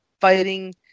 fighting